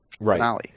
Right